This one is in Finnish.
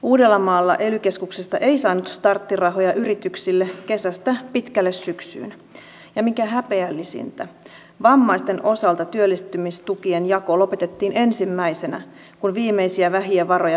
uudellamaalla ely keskuksesta ei saanut starttirahoja yrityksille kesästä pitkälle syksyyn ja mikä häpeällisintä vammaisten osalta työllistymistukien jako lopetettiin ensimmäisenä kun viimeisiä vähiä varoja priorisoitiin